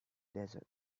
desert